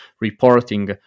reporting